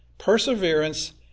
Perseverance